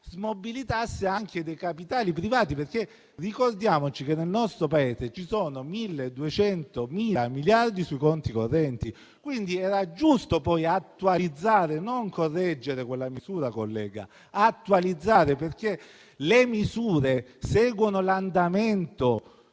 smobilitasse anche dei capitali privati. Ricordiamoci che nel nostro Paese ci sono 1.200 miliardi sui conti correnti. Era giusto quindi poi attualizzare e non correggere quella misura, collega, perché le misure seguono l'andamento